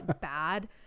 bad